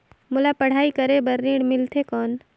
मोला पढ़ाई करे बर ऋण मिलथे कौन?